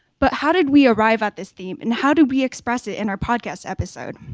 but how did we arrive at this theme? and how do we express it in our podcast episode?